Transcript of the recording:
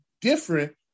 different